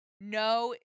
no